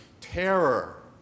terror